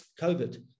COVID